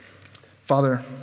Father